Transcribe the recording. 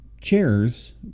chairs